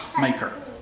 maker